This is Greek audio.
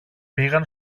πήγαν